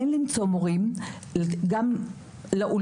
אין למצוא מורים גם לאולפנים.